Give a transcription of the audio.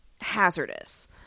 hazardous